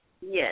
Yes